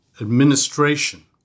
administration